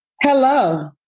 Hello